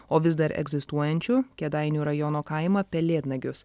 o vis dar egzistuojančių kėdainių rajono kaimą pelėdnagius